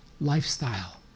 lifestyle